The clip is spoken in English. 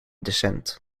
descent